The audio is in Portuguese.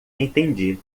entendi